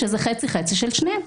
שזה חצי-חצי של שניהם.